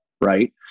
right